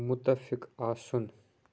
مُتفِق آسُن